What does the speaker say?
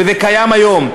וזה קיים היום.